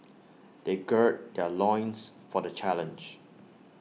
they gird their loins for the challenge